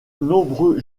nombreux